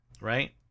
right